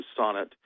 sonnet